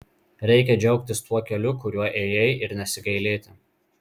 reikia džiaugtis tuo keliu kuriuo ėjai ir nesigailėti